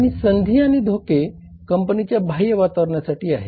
आणि संधी आणि धोके कंपनीच्या बाह्य वातावरणासाठी आहेत